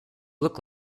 look